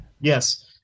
yes